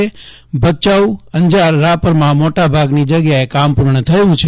અંજાર ભચાઉ રાપરમાં મોટાભાગની જગ્યાએ કામ પૂર્ણ થયું છે